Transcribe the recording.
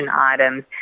items